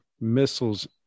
missiles